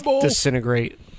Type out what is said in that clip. disintegrate